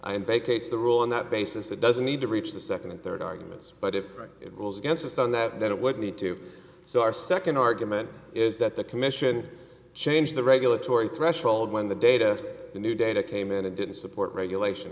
am vacates the rule on that basis it doesn't need to reach the second and third arguments but if it was against us on that then it would need to so our second argument is that the commission changed the regulatory threshold when the data the new data came in and didn't support regulation